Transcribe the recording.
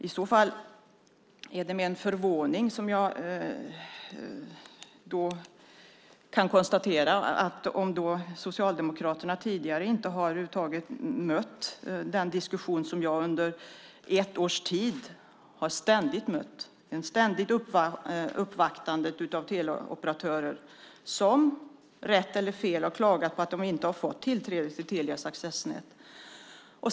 I så fall är det med förvåning som jag konstaterar att Socialdemokraterna tidigare inte har mött den diskussion som jag under ett års tid ständigt har mött. Det har varit ett ständigt uppvaktande av teleoperatörer som, rätt eller fel, har klagat på att de inte har fått tillträde till Telias accessnät.